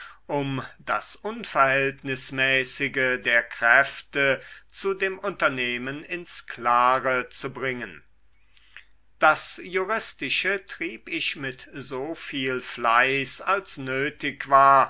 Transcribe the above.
um das unverhältnismäßige der kräfte zu dem unternehmen ins klare zu bringen das juristische trieb ich mit so viel fleiß als nötig war